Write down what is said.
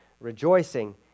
rejoicing